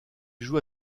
joue